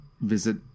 visit